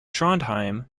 trondheim